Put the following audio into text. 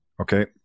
okay